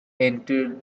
enter